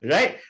Right